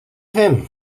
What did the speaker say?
fem